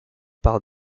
par